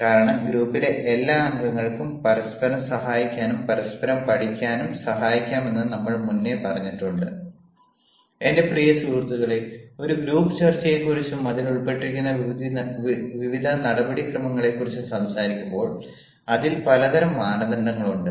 കാരണം ഗ്രൂപ്പിലെ എല്ലാ അംഗങ്ങൾക്കും പരസ്പരം സഹായിക്കാനും പരസ്പരം പഠിക്കാനും സഹായിക്കാമെന്ന് നമ്മൾ മുന്നേ എന്റെ പ്രിയ സുഹൃത്തുക്കളെ ഒരു ഗ്രൂപ്പ് ചർച്ചയെക്കുറിച്ചും അതിൽ ഉൾപ്പെട്ടിട്ടുള്ള വിവിധ നടപടിക്രമങ്ങളെക്കുറിച്ചും സംസാരിക്കുമ്പോൾ അതിൽ പലതരം മാനദണ്ഡങ്ങളുണ്ട്